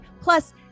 Plus